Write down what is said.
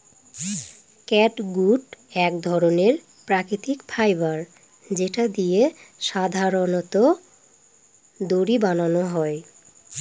catgut এক ধরনের প্রাকৃতিক ফাইবার যেটা দিয়ে সাধারনত দড়ি বানানো হয়